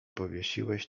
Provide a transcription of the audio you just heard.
powiesiłeś